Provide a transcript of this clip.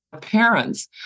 parents